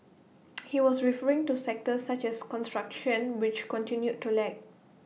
he was referring to sectors such as construction which continued to lag